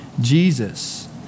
Jesus